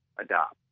adopt